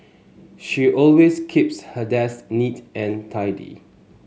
she always keeps her desk neat and tidy